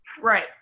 Right